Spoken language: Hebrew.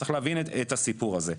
צריך להבין את הסיפור הזה.